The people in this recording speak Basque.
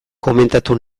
komentatu